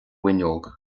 bhfuinneog